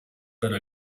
pero